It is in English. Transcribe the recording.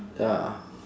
ya